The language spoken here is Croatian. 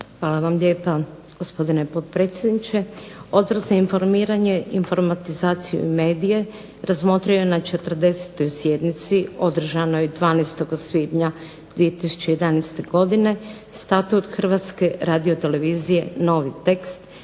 Hvala vam lijepa gospodine potpredsjedniče. Odbor za informiranje, informatizaciju i medije razmotrio je na 40. sjednici održanoj 12. svibnja 2011. godine Statut Hrvatske radiotelevizije novi tekst